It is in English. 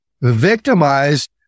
victimized